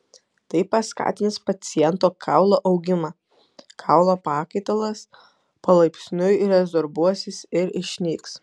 tai paskatins paciento kaulo augimą kaulo pakaitalas palaipsniui rezorbuosis ir išnyks